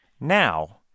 Now